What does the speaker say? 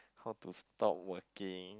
how to stop working